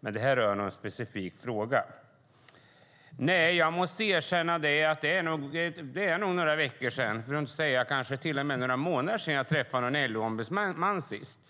men detta rör en specifik fråga. Jag måste erkänna att det är några veckor eller till och med några månader sedan jag träffade någon LO-ombudsman senast.